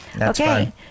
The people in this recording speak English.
Okay